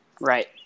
Right